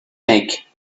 make